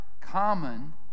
common